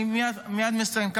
אני מייד מסיים.